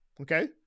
Okay